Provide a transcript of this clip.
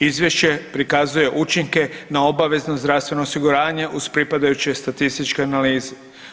Izvješće prikazuje učinke na obavezno zdravstveno osiguranje uz pripadajuće statističke analize.